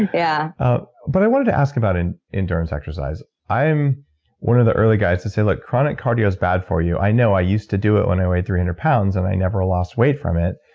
yeah ah but i wanted to ask about and endurance exercise. i'm one of the early guys to say, look, chronic cardio is bad for you. i know. i used to do it when i weighed three hundred pounds. and i never lost weight from it.